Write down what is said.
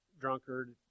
drunkard